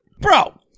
Bro